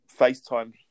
FaceTime